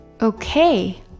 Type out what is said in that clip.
Okay